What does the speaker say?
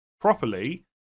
properly